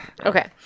Okay